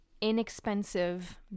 inexpensive